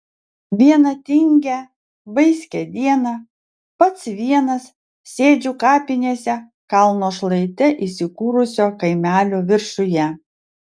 vieną tingią vaiskią dieną pats vienas sėdžiu kapinėse kalno šlaite įsikūrusio kaimelio viršuje